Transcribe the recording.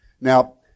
Now